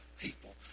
people